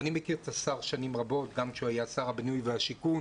אני מכיר את השר שנים רבות גם כשהוא היה שר הבינוי והשיכון.